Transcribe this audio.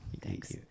Thanks